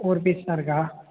ஒரு பீஸ் தான் இருக்கா